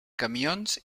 camions